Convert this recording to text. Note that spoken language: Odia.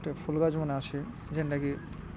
ଟେ ଫୁଲ୍ ଗଛ୍ମନେ ଅଛେ ଯେନ୍ତାକି